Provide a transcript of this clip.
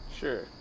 Sure